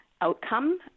outcome